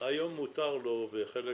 לא, אבל היום מותר לו, וחלק